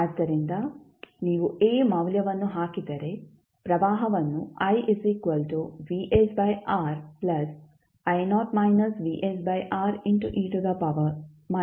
ಆದ್ದರಿಂದ ನೀವು A ಮೌಲ್ಯವನ್ನು ಹಾಕಿದರೆ ಪ್ರವಾಹವನ್ನು ಆಗಿ ಪಡೆಯುತ್ತೀರಿ